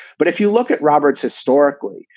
but if you look at roberts historically,